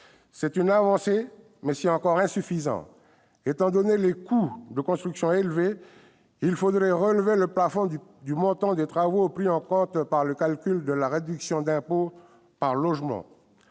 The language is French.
C'est une avancée, mais c'est encore insuffisant. Étant donné les coûts de construction élevés, il faudrait relever le plafond du montant des travaux pris en compte pour le calcul de la réduction d'impôt par logement.